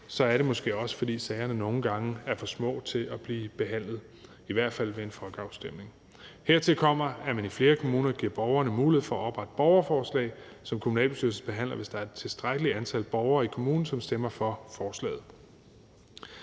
er det måske også, fordi sagerne nogle gange er for små til at blive behandlet – i hvert fald ved en folkeafstemning. Hertil kommer, at man i flere kommuner giver borgerne mulighed for at oprette borgerforslag, som kommunalbestyrelsen behandler, hvis der er et tilstrækkeligt antal borgere i kommunen, som stemmer for forslaget.